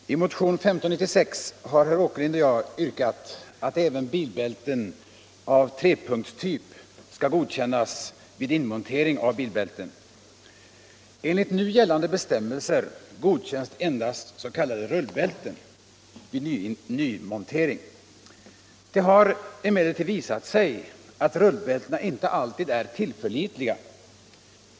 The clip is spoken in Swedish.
Obligatorisk Herr talman! I motionen 1975/76:1596 har herr Åkerlind och jag yrkat halkkörning i att även bälten av trepunktstyp skall godkännas vid inmontering av bilkörkortsutbildningbälten. en, m.m. Enligt nu gällande bestämmelser godkänns endast s.k. rullbälten vid | nymontering. Det har emellertid visat sig att rullbältena inte alltid är tillförlitliga.